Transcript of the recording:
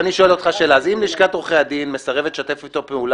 אז אני שואל אותך שאלה: אם לשכת עורכי הדין מסרבת איתנו לשתף פעולה,